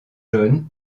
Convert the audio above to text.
john